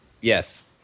Yes